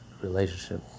relationship